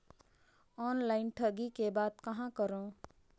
Online ठगी के बाद कहां करों?